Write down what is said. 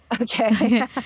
Okay